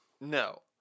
No